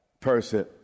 person